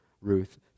Ruth